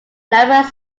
numbers